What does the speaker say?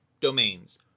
domains